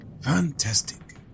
fantastic